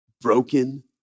broken